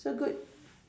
so good